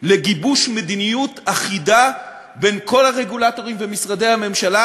לגיבוש מדיניות אחידה בין כל הרגולטורים ומשרדי הממשלה